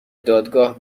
دادگاه